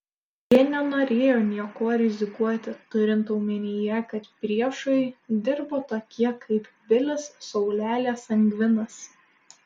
jie nenorėjo niekuo rizikuoti turint omenyje kad priešui dirbo tokie kaip bilis saulelė sangvinas